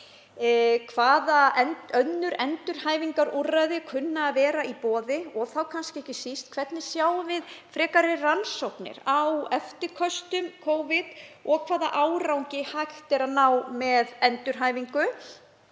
Hvaða önnur endurhæfingarúrræði kunna að vera í boði og þá kannski ekki síst, hvernig sjáum við frekari rannsóknir á eftirköstum Covid og hvaða árangri er hægt að ná með endurhæfingu?